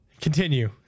continue